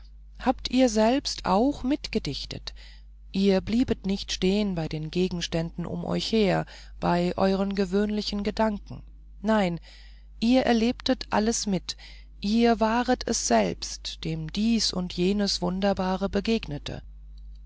habt ihr selbst auch mitgedichtet ihr bliebet nicht stehen bei den gegenständen um euch her bei euren gewöhnlichen gedanken nein ihr erlebtet alles mit ihr waret es selbst dem dies und jenes wunderbare begegnete